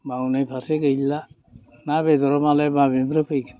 मावनाय फारसे गैला ना बेदरा मालाय बबेनिफ्राय फैखो